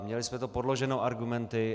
Měli jsme to podloženo argumenty.